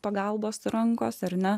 pagalbos rankos ar ne